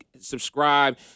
subscribe